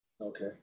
Okay